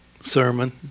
sermon